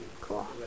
Cool